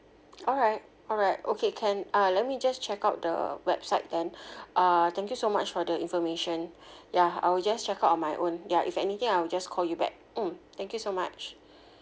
alright alright okay can uh let me just check out the website then uh thank you so much for the information ya I'll just check out on my own ya if anything I'll just call you back mm thank you so much